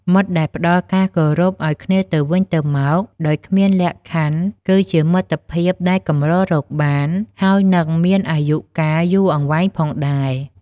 មិត្តដែលផ្តល់ការគោរពឱ្យគ្នាទៅវិញទៅមកដោយគ្មានលក្ខខណ្ឌគឺជាមិត្តភាពដែលកម្ររកបាន ហើយនិងមានអាយុកាលយូរអង្វែងផងដែរ។